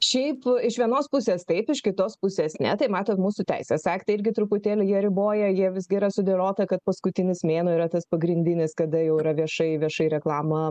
šiaip iš vienos pusės taip iš kitos pusės ne tai matot mūsų teisės aktai irgi truputėlį jie riboja jie visgi yra sudėliota kad paskutinis mėnuo yra tas pagrindinis kada jau yra viešai viešai reklama